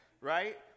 right